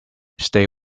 stay